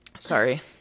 Sorry